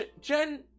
Jen